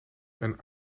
een